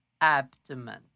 abdomen